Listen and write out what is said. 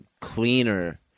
Cleaner